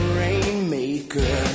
rainmaker